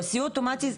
לא סיוע אוטומטי,